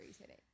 today